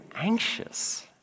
anxious